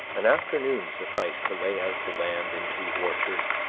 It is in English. an afternoon sufficed to lay out the land into orchard,